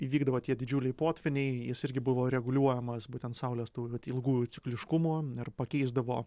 įvykdavo tie didžiuliai potvyniai jis irgi buvo reguliuojamas būtent saulės tų ilgųjų cikliškumų ir pakeisdavo